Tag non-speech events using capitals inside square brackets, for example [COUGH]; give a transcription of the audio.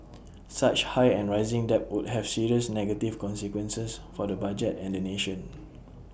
[NOISE] such high and rising debt would have serious negative consequences for the budget and the nation